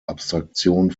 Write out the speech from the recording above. abstraktion